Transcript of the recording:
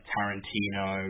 Tarantino